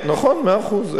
נכון, מאה אחוז.